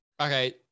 Okay